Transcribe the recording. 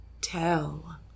tell